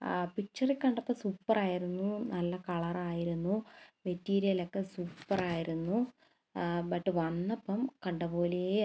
പിച്ചറിൽ കണ്ടപ്പോൾ സൂപ്പറായിരുന്നു നല്ല കളറായിരുന്നു മെറ്റീരിയലൊക്കെ സൂപ്പറായിരുന്നു ബട്ട് വന്നപ്പം കണ്ടപോലേ അല്ല